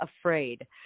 afraid